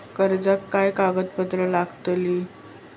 कर्जाक काय कागदपत्र लागतली?